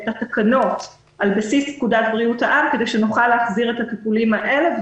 את התקנות על בסיס פקודת בריאות העם כדי שנוכל להחזיר את הטיפולים האלה.